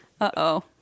Uh-oh